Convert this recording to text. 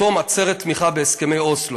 בתום עצרת תמיכה בהסכמי אוסלו.